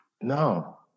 No